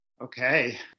Okay